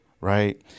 right